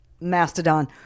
Mastodon